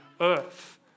Earth